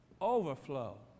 overflow